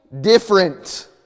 different